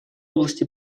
области